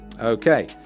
Okay